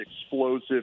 explosive